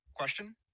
Question